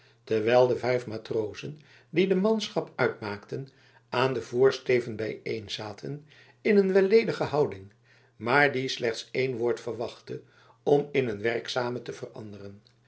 terwijl de vijf matrozen die de manschap uitmaakten aan den voorsteven bijeenzaten in een wel ledige houding maar die slechts één woord verwachtte om in een werkzame te veranderen